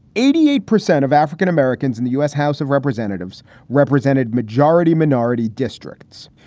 eighty eight percent of african-americans in the u s. house of representatives represented majority minority districts.